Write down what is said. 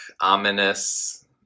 ominous